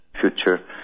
future